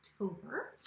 October